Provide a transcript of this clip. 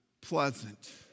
pleasant